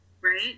Right